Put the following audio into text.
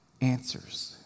answers